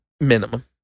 minimum